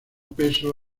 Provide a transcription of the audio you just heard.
peso